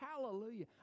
Hallelujah